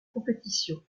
compétition